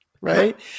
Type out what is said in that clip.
Right